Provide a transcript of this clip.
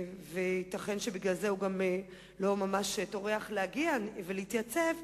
וייתכן שבגלל זה הוא גם לא ממש טורח להגיע ולהתייצב,